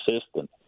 assistant